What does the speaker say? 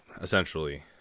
essentially